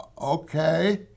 okay